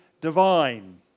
divine